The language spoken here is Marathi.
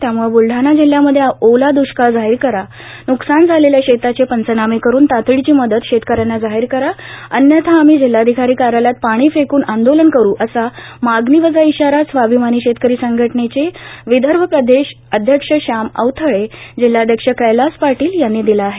त्यामुळं बुलढाणा जिल्ह्यामध्ये ओला दुष्काळ जाहीर करा न्कसान झालेल्या शेताचे पंचनामे करून तातडीची मदत शेतकऱ्यांना जाहीर करा अन्यथा आम्ही जिल्हाधिकारी कार्यालयात पाणी फेकून आंदोलन करू असा मागणी वजा इशारा स्वाभिमानी शेतकरी संघटनेचे विदर्भ प्रदेश अध्यक्ष श्याम अवथळे जिल्हाध्यक्ष कैलास पाटील यांनी दिला आहे